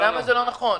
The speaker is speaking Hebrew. למה זה לא נכון?